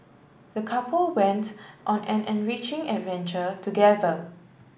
the couple went on an enriching adventure together